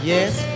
Yes